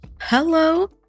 Hello